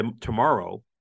tomorrow